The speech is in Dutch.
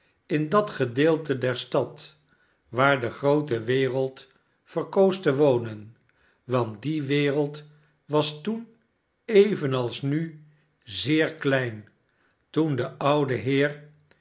in dat gedeelte der stad waar de groote wereld verkoos te wonen want die wereld was toen evenals nu zeer klein toen de oude heer